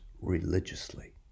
religiously